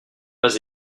pas